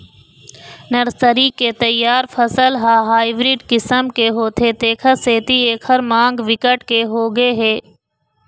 nursery के तइयार फसल ह हाइब्रिड किसम के होथे तेखर सेती एखर मांग बिकट के होगे हे